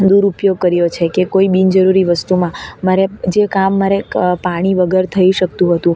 દૂરૂપયોગ કર્યો છેકે કોઈ બિનજરૂરી વસ્તુમાં મારે જે કામ મારે પાણી વગર થઈ શકતું હતું